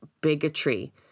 bigotry